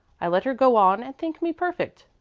i let her go on and think me perfect.